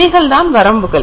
இவைகள்தான் வரம்புகள்